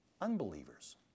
Unbelievers